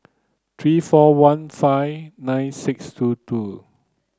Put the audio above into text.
three four one five nine six two two